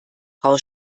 frau